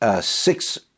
six